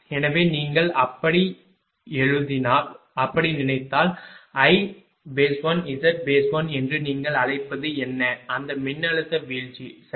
எனவே நீங்கள் அப்படி நினைத்தால் I1Z1 என்று நீங்கள் அழைப்பது என்ன அந்த மின்னழுத்த வீழ்ச்சி சரி